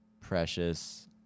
Precious